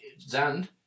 Zand